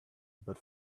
but